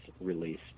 released